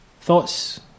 thoughts